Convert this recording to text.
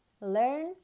Learn